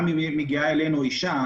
אם מגיעה אלינו אישה,